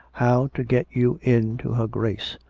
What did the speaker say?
how to get you in to her grace.